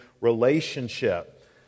relationship